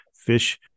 Fish